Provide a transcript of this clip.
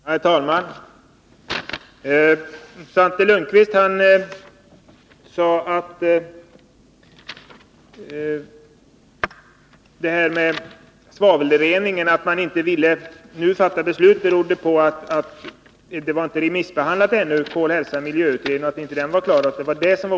Herr talman! Svante Lundkvist sade att anledningen till att man inte nu vill fatta beslut avseende svavelreningen är att materialet från projektet Kol-Hälsa-Miljö ännu inte remissbehandlats.